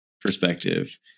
perspective